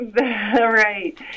right